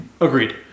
Agreed